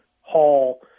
Hall